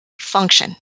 function